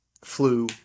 flu